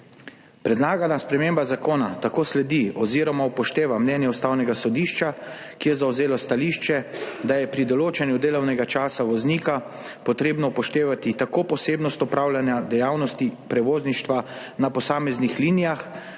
Predlagana sprememba zakona tako sledi oziroma upošteva mnenje Ustavnega sodišča, ki je zavzelo stališče, da je pri določanju delovnega časa voznika potrebno upoštevati tako posebnost opravljanja dejavnosti prevozništva na posameznih linijah